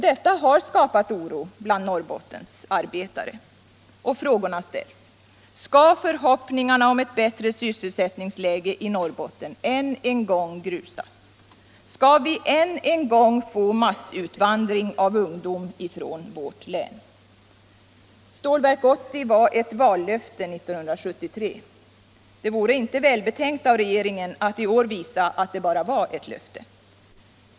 Detta har skapat oro bland Norrbottens arbetare, och frågorna ställs: Skall förhoppningarna om ett bättre sysselsättningsläge i Norrbotten än en gång grusas? Skall vi än en gång få massutvandring av ungdom från vårt län? Stålverk 80 var ett vallöfte 1973. Det vore inte välbetänkt av regeringen att i år visa att det bara var ett löfte.